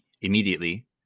Immediately